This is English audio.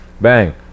Bang